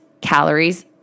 calories